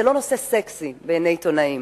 זה לא נושא סקסי בעיני עיתונאים.